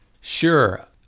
Sure